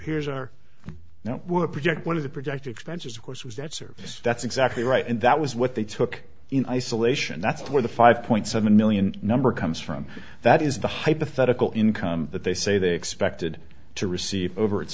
here's our now we're a project one of the project expenses of course was debt service that's exactly right and that was what they took in isolation that's where the five point seven million number comes from that is the hypothetical income that they say they expected to receive over it's